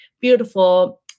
beautiful